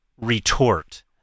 retort